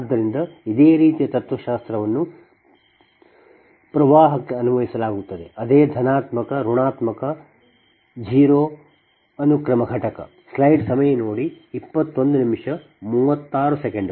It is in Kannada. ಆದ್ದರಿಂದ ಇದೇ ರೀತಿಯ ತತ್ವಶಾಸ್ತ್ರವನ್ನು ಪ್ರವಾಹಕ್ಕೆ ಅನ್ವಯಿಸಲಾಗುತ್ತದೆ ಅದೇ ಧನಾತ್ಮಕ ಋಣಾತ್ಮಕ 0 ಅನುಕ್ರಮ ಘಟಕ